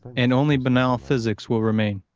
and only banal physics will remain.